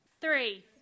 Three